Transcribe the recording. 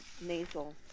nasal